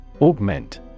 Augment